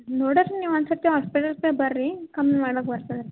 ನೋಡಕ್ಕೆ ನೀವು ಒಂದು ಸರ್ತಿ ಹಾಸ್ಪಿಟಲ್ ಹತ್ರ ಬನ್ರಿ ಕಮ್ಮಿ ಮಾಡಕ್ಕೆ ಬರ್ತದೆ ರೀ